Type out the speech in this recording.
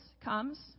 comes